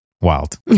wild